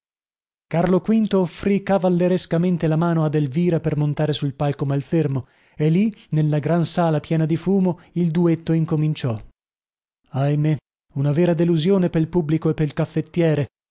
carlo v offrì cavallerescamente la mano ad elvira per montare sul palco malfermo e lì nella gran sala piena di fumo il duetto incominciò ahimè una vera delusione pel pubblico e pel caffettiere